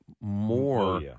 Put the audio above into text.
more